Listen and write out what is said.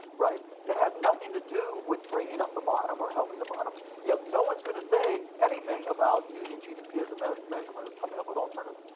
it has nothing to do with bringing up the bottom or helping the bottom, yet no one's gonna say anything about using gdp as a measurement measurement or coming up with alternatives.